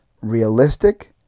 realistic